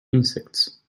insects